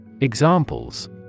Examples